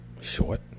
Short